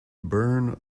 burn